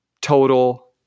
total